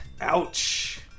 Ouch